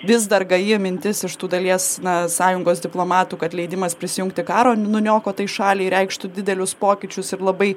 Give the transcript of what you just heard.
vis dar gaji mintis iš tų dalies na sąjungos diplomatų kad leidimas prisijungti karo nuniokotai šaliai reikštų didelius pokyčius ir labai